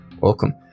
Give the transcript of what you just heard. welcome